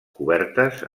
cobertes